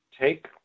Take